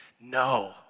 No